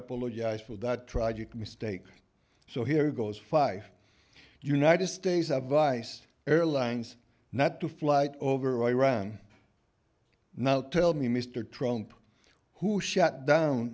apologized for that tragic mistake so here goes five united states of vice airlines not to flight over iran now tell me mr trump who shot down